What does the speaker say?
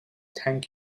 thank